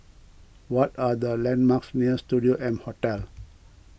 what are the landmarks near Studio M Hotel